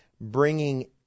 bringing